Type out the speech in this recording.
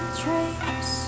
dreams